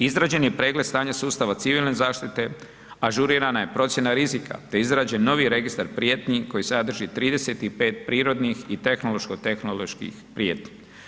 Izrađen je pregled stanja sustava civilne zaštite, ažurirana je procjena rizika, te izrađen novi registar prijetnji koji sadrži 35 prirodnih i tehnološko tehnoloških prijetnji.